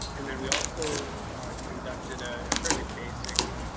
and then we also conducted a fairly basic,